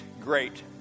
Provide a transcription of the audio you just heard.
great